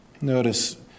Notice